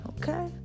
okay